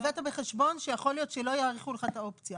הבאת בחשבון שיכול להיות שלא יאריכו לך את האופציה.